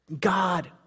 God